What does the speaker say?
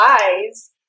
eyes